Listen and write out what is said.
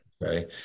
right